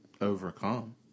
overcome